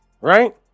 right